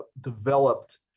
developed